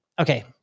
okay